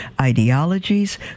ideologies